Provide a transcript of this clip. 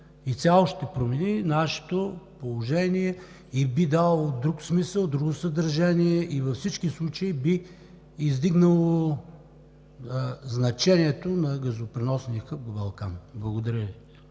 изцяло ще промени нашето положение и би дало друг смисъл, друго съдържание и във всички случаи би издигнало значението на газопреносния хъб „Балкан“. Благодаря